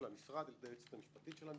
המשרד על-ידי היועצת המשפטית של המשרד,